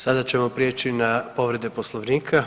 Sada ćemo prijeći na povrede Poslovnika.